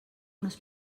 unes